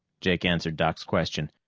jake answered doc's question.